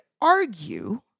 argue